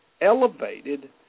elevated